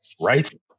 right